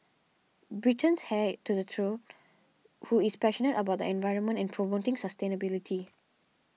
britain's heir to the throne who is passionate about the environment and promoting sustainability